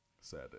sad